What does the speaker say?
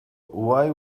why